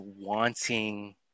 wanting